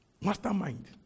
Mastermind